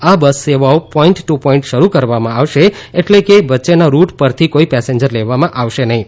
આ બસ સેવાઓ point to point શરૂ કરવામાં આવશે એટલે કે વચ્ચેના રૂટ પરથી કોઈ પેસેન્જર લેવામાં આવશે નહિ